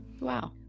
Wow